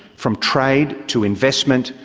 from trade to investment,